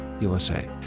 USA